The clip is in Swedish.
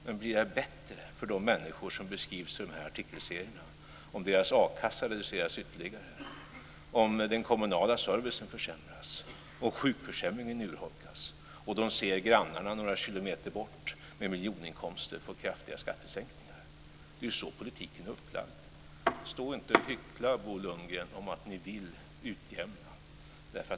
Men blir det bättre för de människor som beskrivs i de här artikelserierna om deras a-kassa reduceras ytterligare, om den kommunala servicen försämras, om sjukförsäkringen urholkas och de ser grannarna med miljoninkomster några kilometer bort få kraftiga skattesänkningar? Det är ju så politiken är upplagd. Stå inte och hyckla, Bo Lundgren, om att ni vill utjämna.